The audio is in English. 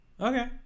Okay